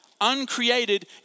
uncreated